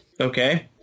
Okay